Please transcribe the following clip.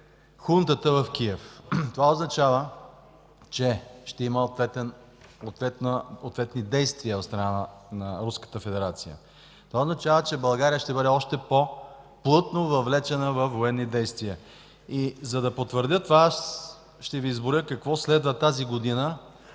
хунтата в Киев. Това означава, че ще има ответни действия от страна на Руската федерация. Това означава, че България ще бъде още по-плътно въвлечена във военни действия. За да потвърдя това ще Ви изброя какво следва тази година